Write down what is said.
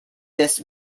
this